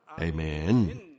Amen